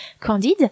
Candide